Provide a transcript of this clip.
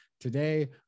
today